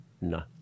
No